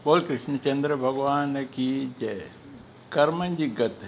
बोल कृष्ण चंद्र भॻवान की जय कर्मनि जी गत